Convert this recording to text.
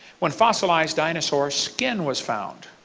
when fossilized i mean sort of skin was found.